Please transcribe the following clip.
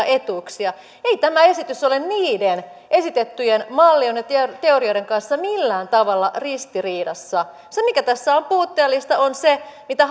etuuksia ei tämä esitys ole niiden esitettyjen mallien ja teorioiden kanssa millään tavalla ristiriidassa se mikä tässä on puutteellista on se mitä